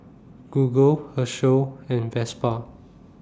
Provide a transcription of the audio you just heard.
Google Herschel and Vespa